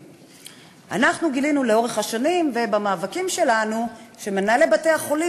גילינו לאורך השנים ובמאבקים שלנו שמנהלי בתי-החולים